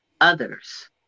others